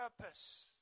purpose